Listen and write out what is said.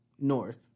north